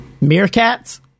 meerkats